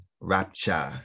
Rapture